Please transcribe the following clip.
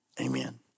amen